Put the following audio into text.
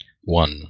One